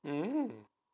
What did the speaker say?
mm